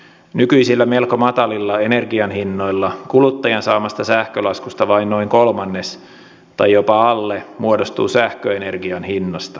nykyisillä melko matalilla energianhinnoilla kuluttajan saamasta sähkölaskusta vain noin kolmannes tai jopa alle muodostuu sähköenergian hinnasta